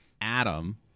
Adam